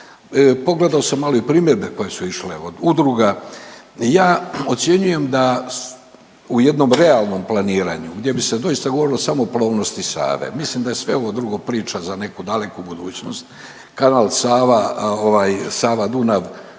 pogledao sam malo i primjedbe koje su išle od udruga. Ja ocjenjujem da u jednom realnom planiranju gdje bi se doista govorilo samo o plovnosti Save, mislim da je sve ovo drugo priča za neku daleku budućnost. Kanal Sava-Dunav